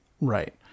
Right